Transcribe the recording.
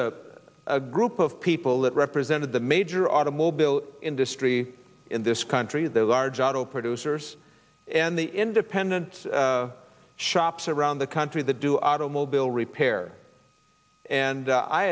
a group of people that represented the major automobile industry in this country the large auto producers and the independent shops around the country that do automobile repair and